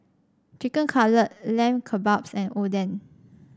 Chicken Cutlet Lamb Kebabs and Oden